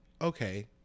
okay